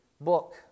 book